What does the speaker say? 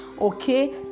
Okay